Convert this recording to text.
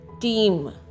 TEAM